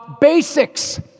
basics